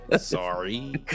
Sorry